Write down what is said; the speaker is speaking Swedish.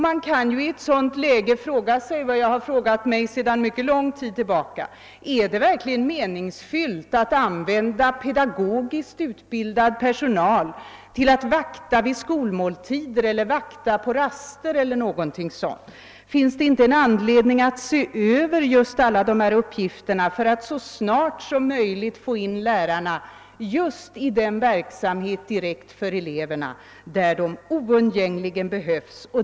Man kan i ett sådant läge fråga sig vad jag har frågat mig sedan mycket lång tid tillbaka: Är det verkligen meningsfyllt att använda pedagogiskt utbildad personal till att vakta vid skolmåltider eller vakta på raster? Finns det inte anledning att se över alla dessa uppgifter för att så snart som möjligt få in lärarna just i den verksamhet direkt för eleverna, där de oundgängligen behövs?